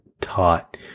taught